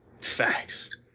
Facts